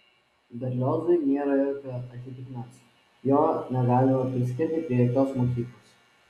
berliozui nėra jokio atitikmens jo negalima priskirti prie jokios mokyklos